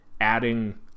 adding